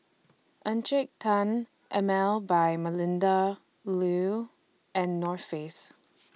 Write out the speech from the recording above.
Encik Tan Emel By Melinda Looi and North Face